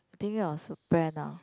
thinking of brand ah